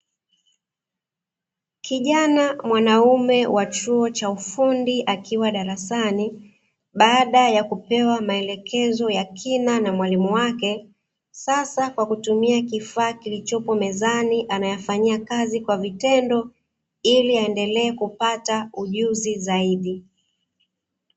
Kijana mwanaume wa chuo cha ufundi akiwa darasani baada ya kupewa maelekezo ya kina na mwalimu wake, sasa kwa kutumia kifaa kilichopo mezani anayafanyia kazi kwa vitendo ili aendelee kipata ujuzi zaidi.